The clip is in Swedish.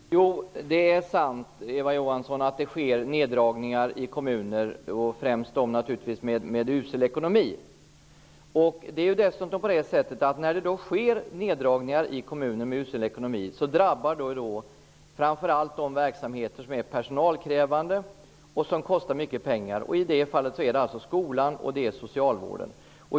Herr talman! Jo, det är sant, Eva Johansson, att det sker neddragningar i kommuner, och främst naturligtvis i kommuner som har usel ekonomi. När det då sker neddragningar i kommuner med usel ekonomi drabbas framför allt de verksamheter som är personalkrävande och som kostar mycket pengar. Det är skolan och socialvården.